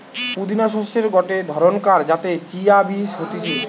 পুদিনা শস্যের গটে ধরণকার যাতে চিয়া বীজ হতিছে